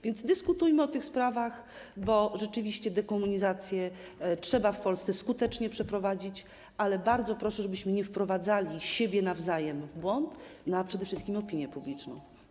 Więc dyskutujmy o tych sprawach, bo rzeczywiście dekomunizację trzeba w Polsce skutecznie przeprowadzić, ale bardzo proszę, żebyśmy nie wprowadzali w błąd siebie nawzajem, no a przede wszystkim opinii publicznej.